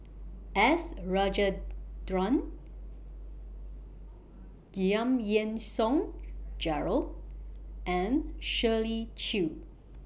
S Rajendran Giam Yean Song Gerald and Shirley Chew